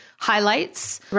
highlights